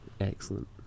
Excellent